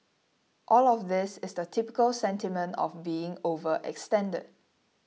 all of this is the typical sentiment of being overextended